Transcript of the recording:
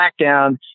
SmackDown